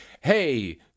hey